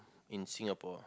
in Singapore